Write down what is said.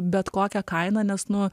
bet kokia kaina nes nu